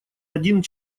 один